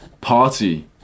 party